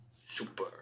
Super